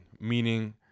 meaning